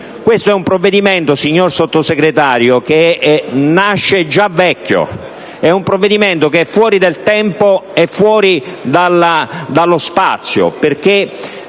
esame è un provvedimento, signor Sottosegretario, che nasce già vecchio. Un provvedimento che è fuori dal tempo e fuori dallo spazio